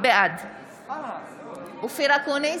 בעד אופיר אקוניס,